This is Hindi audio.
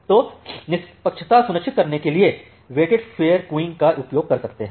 तो निष्पक्षता सुनिश्चित करने के लिए वेटेड फेयर क्युइंग का उपयोग कर सकते हैं